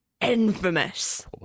infamous